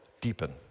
deepen